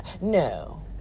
no